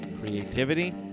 creativity